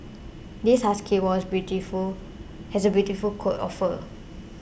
this husky was a beautiful has a beautiful coat of fur